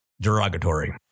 derogatory